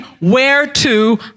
whereto